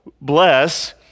bless